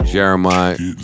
Jeremiah